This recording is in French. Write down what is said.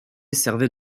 servait